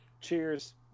cheers